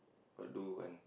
got do one